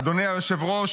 אדוני היושב-ראש,